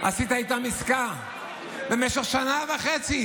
עשית איתם עסקה במשך שנה וחצי.